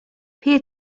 peer